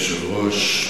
אדוני היושב-ראש,